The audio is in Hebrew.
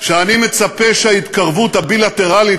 שאני מצפה שההתקרבות הבילטרלית,